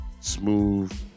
smooth